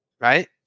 right